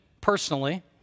personally